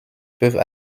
peuvent